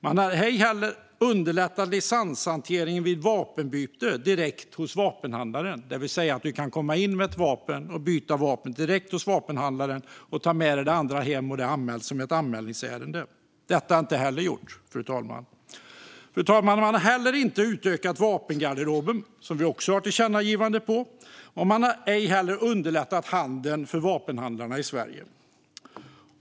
Man har inte underlättat licenshanteringen vid vapenbyte direkt hos vapenhandlaren, det vill säga att du kan komma in med ett vapen och byta det direkt hos vapenhandlaren, ta med dig det andra hem och det behandlas som ett anmälningsärende. Detta är inte heller gjort, fru talman. Man har heller inte utökat vapengarderoben, som vi också har ett tillkännagivande om. Man har inte underlättat handeln för vapenhandlarna i Sverige.